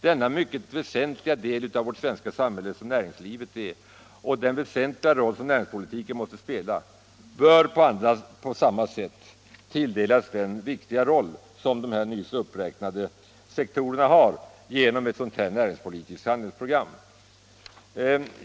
Den mycket väsentliga andel av vårt svenska samhälle som näringslivet utgör och den betydelsefulla roll som näringspolitiken spelar motiverar att det för detta lika viktiga område på motsvarande sätt utarbetas ett gemensamt handlingsprogram.